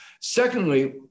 Secondly